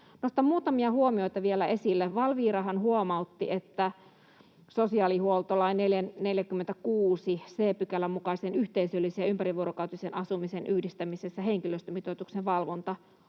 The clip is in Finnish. Nostan muutamia huomioita vielä esille. Valvirahan huomautti, että sosiaalihuoltolain 46 c §:n mukaisen yhteisöllisen ja ympärivuorokautisen asumisen yhdistämisessä henkilöstömitoituksen valvonta